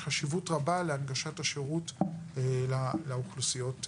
יש חשיבות רבה להנגשת השירות לאוכלוסיות הנ"ל.